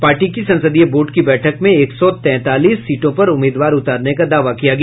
party की संसदीय board की बैठक में एक सौ तैंतालीस सीटों पर उम्मीदवार उतारने का दावा किया गया